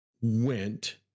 went